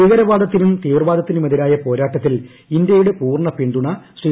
ഭീകരവാദത്തിനും തീവ്രവാദത്തിനുമെതിരായ പോരാട്ടത്തിൽ ഇന്ത്യയുടെ പൂർണ പിന്തുണ ശ്രീ